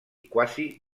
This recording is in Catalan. quasi